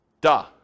Duh